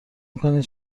میکنی